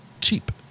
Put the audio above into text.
cheap